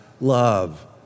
love